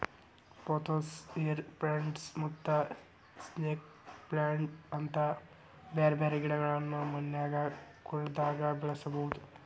pothos, air plants ಮತ್ತ snake plant ನಂತ ಬ್ಯಾರ್ಬ್ಯಾರೇ ಗಿಡಗಳನ್ನ ಮನ್ಯಾಗ ಕುಂಡ್ಲ್ದಾಗ ಬೆಳಸಬೋದು